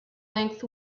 length